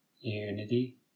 unity